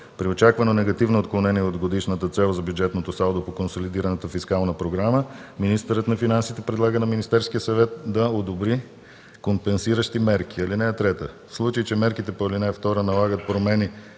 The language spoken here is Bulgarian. При очаквано негативно отклонение от годишната цел за бюджетното салдо по консолидираната фискална програма министърът на финансите предлага на Министерския съвет да одобри компенсиращи мерки. (3) В случай че мерките по ал. 2 налагат промени